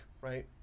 right